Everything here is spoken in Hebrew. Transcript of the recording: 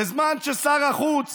בזמן ששר החוץ